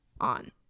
on